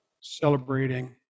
celebrating